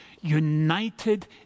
united